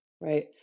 Right